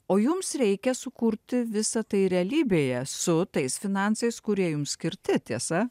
o jums reikia sukurti visą tai realybėje su tais finansais kurie jums skirti tiesa